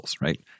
right